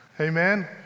Amen